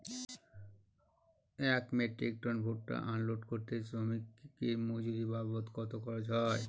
এক metric ton ভুট্টা unload করতে শ্রমিকের মজুরি বাবদ কত খরচ হয়?